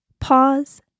Pause